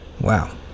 Wow